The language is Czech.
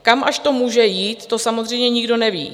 Kam až to může jít, to samozřejmě nikdo neví.